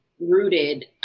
rooted